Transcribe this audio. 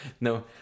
No